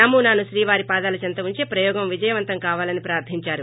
నమూనాను శ్రీవారి పాదాల చెంత ఉంచి ప్రయోగం విజయవంతం కావాలని ప్రార్థించారు